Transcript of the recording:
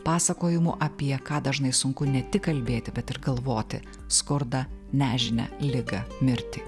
pasakojimu apie ką dažnai sunku ne tik kalbėti bet ir galvoti skurdą nežinią ligą mirtį